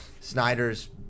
Snyder's –